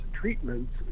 treatments